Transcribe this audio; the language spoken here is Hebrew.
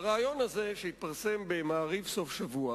בריאיון הזה, שהתפרסם ב"סופשבוע"